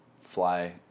fly